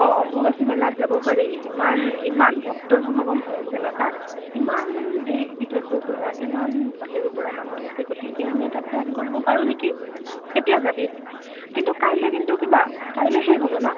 অঁ অম্বুবছী মেলাত যাব পাৰি ইমান ইমান ভক্তৰ সমাগম হৈ আছে নহ্ তাত ইমান দেশ বিদেশৰ পৰা ইমান বাহিৰৰ পৰা মানুহ আহিছে গতিকে আমি এটা প্লেন কৰিব পাৰোঁ নেকি কেতিয়া যাবি কিন্তু কাইলৈ কিন্তু কিবা কাইলৈহে হ'ব নহ্